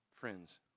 Friends